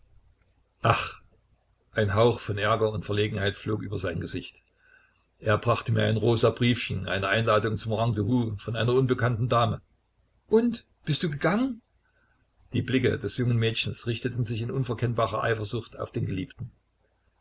ein hauch von ärger und verlegenheit flog über sein gesicht er brachte mir ein rosa briefchen eine einladung zum rendezvous von einer unbekannten dame und du bist gegangen die blicke des jungen mädchens richteten sich in unverkennbarer eifersucht auf den geliebten